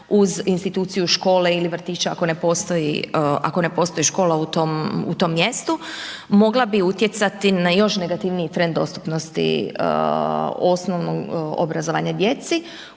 uz instituciju škole ili vrtića ako ne postoji, ako ne postoji škola u tom mjestu mogla bi utjecati na još negativniji trend dostupnosti osnovnog obrazovanja djeci